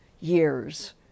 years